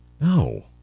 No